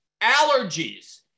allergies